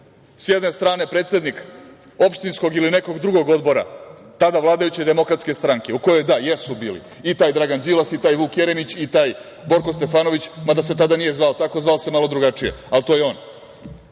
S jedne strane predsednik opštinskog ili nekog drugog odbora, tada vladajuće DS, u kojoj, da, jesu bili i taj Dragan Đilas i taj Vuk Jeremić i taj Borko Stefanović, mada se tada nije zvao tako, zvao se malo drugačije, ali to je on,